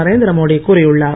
நரேந்திரமோடி கூறியுள்ளார்